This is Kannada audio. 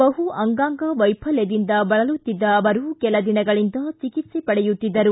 ಬಹು ಅಂಗಾಂಗ ವೈಫಲ್ಕದಿಂದ ಬಳಲುತ್ತಿದ್ದ ಅವರು ಕೆಲ ದಿನಗಳಿಂದ ಚಿಕಿತ್ಲೆ ಪಡೆಯುತ್ತಿದ್ದರು